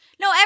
No